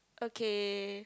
okay